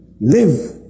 live